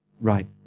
right